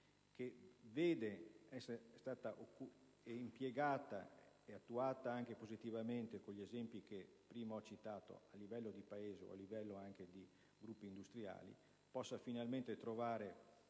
che è stata impiegata e attuata anche positivamente con gli esempi che prima ho citato a livello di Paese o di gruppi industriali, possa finalmente trovare